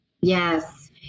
Yes